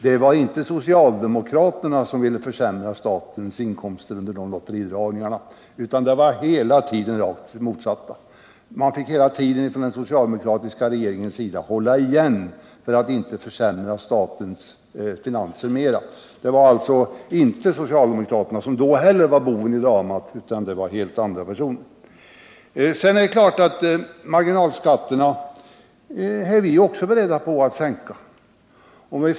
Det visade sig att det inte var socialdemokraterna som vid dessa lotteridragningar ville försämra statens inkomster, utan hela tiden fick den socialdemokratiska regeringen försöka hålla igen för att statens finanser inte skulle försämras än mer. Socialdemokraterna var alltså inte heller då boven i dramat utan helt andra partier. Det är klart att även vi är beredda att sänka marginalskatterna.